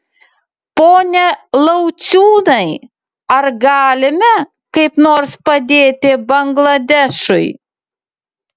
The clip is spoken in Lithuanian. pone lauciūnai ar galime kaip nors padėti bangladešui